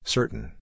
Certain